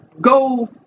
go